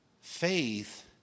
faith